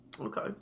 Okay